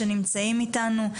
הכנסת, שנמצאים איתנו,